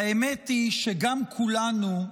והאמת היא שגם כולנו,